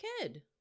kid